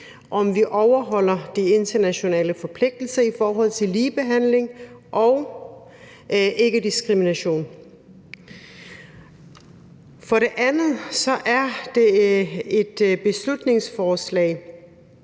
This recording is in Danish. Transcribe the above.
om vi overholder de internationale forpligtelser i forhold til ligebehandling og ikkediskrimination. For det andet er et beslutningsforslag